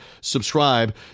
Subscribe